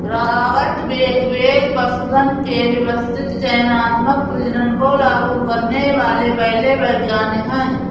Robert Bakewell पशुधन के व्यवस्थित चयनात्मक प्रजनन को लागू करने वाले पहले वैज्ञानिक है